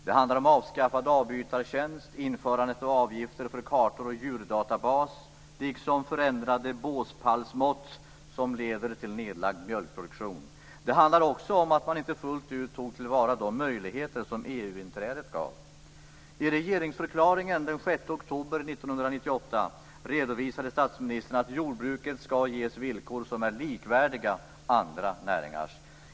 Det handlar om avskaffad avbytartjänst, införande av avgifter för kartor och djurdatabas liksom förändrade båspallsmått, som leder till nedläggning av mjölkproduktion. Det handlar också om att man inte fullt ut tagit till vara de möjligheter som I regeringsförklaringen den 6 oktober 1998 redovisade statsministern att jordbruket skall ges villkor som är likvärdiga andra näringars.